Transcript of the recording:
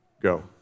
Go